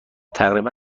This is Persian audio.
تقریبا